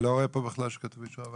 אני לא רואה פה בכלל שכתוב אישור הוועדה.